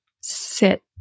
sit